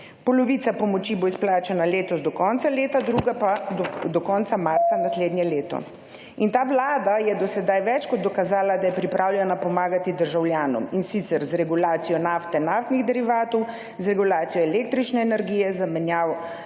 Polovica pomoči bo izplačana letos do konca leta druga pa do konca marca naslednje leto in ta Vlada je do sedaj več kot dokazala, da je pripravljena pomagati državljanom in sicer z regulacijo nafte, naftnih derivatov, z regulacijo električne energije, zamejeno